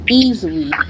easily